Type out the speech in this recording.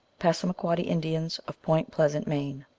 passarnaquoddy in dians, of point pleasant, maine.